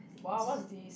wow what's this